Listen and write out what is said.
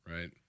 Right